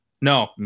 No